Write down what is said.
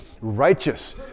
righteous